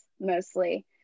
mostly